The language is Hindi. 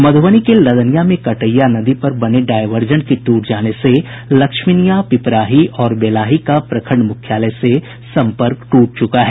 मधुबनी के लदनियां में कटैया नदी पर बने डायवर्जन के टूट जाने से लक्ष्मीनियां पिपराही और बेलाही का प्रखंड मुख्यालय से सम्पर्क टूट चुका है